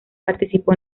participó